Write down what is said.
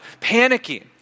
panicking